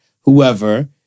whoever